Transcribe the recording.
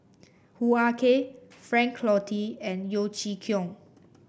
Hoo Ah Kay Frank Cloutier and Yeo Chee Kiong